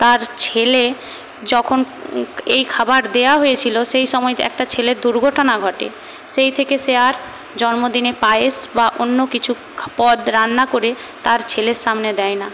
তার ছেলে যখন এই খাবার দেওয়া হয়েছিলো সেই সময় একটা ছেলের দুর্ঘটনা ঘটে সেই থেকে সে আর জন্মদিনে পায়েস বা অন্য কিছু পদ রান্না করে তার ছেলের সামনে দেয় না